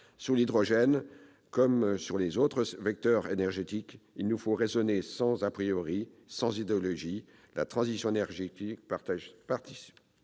de l'hydrogène ou des autres vecteurs énergétiques, il nous faut raisonner sans, sans idéologie : la transition énergétique passera